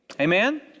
Amen